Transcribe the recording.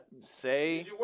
Say